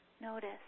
Notice